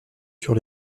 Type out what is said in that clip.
sur